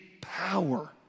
power